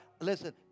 listen